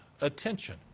attention